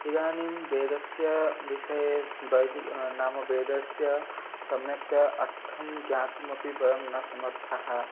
इदानीं वेदस्य विषये वैदिकं नाम वेदस्य सम्यक्तया अर्थं ज्ञातुमपि वयं न समर्थाः